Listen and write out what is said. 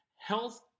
health